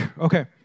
Okay